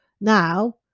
now